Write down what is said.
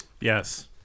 Yes